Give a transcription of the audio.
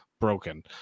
broken